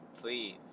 please